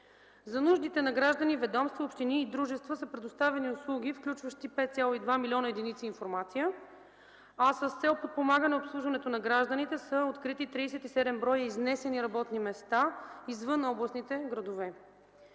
За нуждите на граждани, ведомства, общини и дружества са предоставени услуги, включващи 5,2 милиона единици информация, а с цел подпомагане обслужването на гражданите са открити 37 броя изнесени работни места извън областните градове.